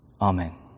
Amen